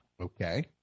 Okay